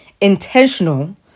intentional